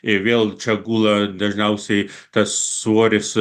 ji vėl čia gula dažniausiai tas svoris